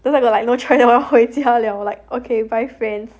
cause I got like no choice loh 我要回家 liao like okay bye friends